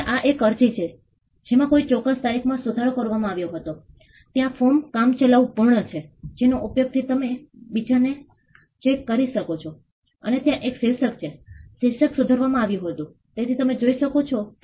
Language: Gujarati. તેથી પહેલા વરસાદ પડ્યો નથી અને તેઓ પાણીની અછત અને દુષ્કાળનો સામનો કરી રહ્યા હતા અને ત્યારબાદ તેમની પાસે ખૂબ ભારે વરસાદ અથવા ફ્લેટ છે અને પછી ફરીથી આ મોસમ પલટો તમે જોઈ શકો છો